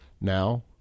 now